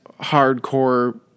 hardcore